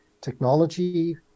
technology